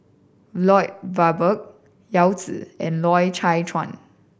Lloyd Valberg Yao Zi and Loy Chye Chuan